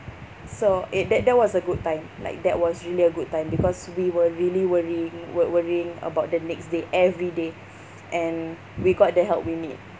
so it that that was a good time like that was really a good time because we were really worrying wo~ worrying about the next day every day and we got the help we need